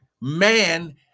man